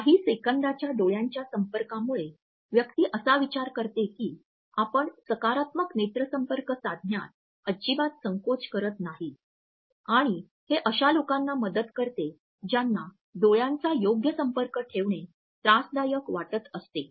काही सेकंदाच्या डोळ्यांच्या संपर्कामुळे व्यक्ती असा विचार करते की आपण सकारात्मक नेत्रसंपर्क साधण्यात अजिबात संकोच करत नाही आणि हे अशा लोकांना मदत करते ज्यांना डोळ्यांचा योग्य संपर्क ठेवणे त्रासदायक वाटत असते